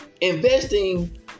investing